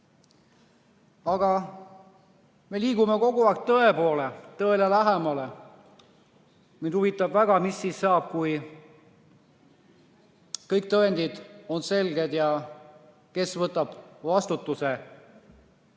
me liigume kogu aeg tõe poole, tõele lähemale. Mind huvitab väga, mis saab siis, kui kõik tõendid on selged, ja kes võtab vastutuse selle